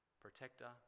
protector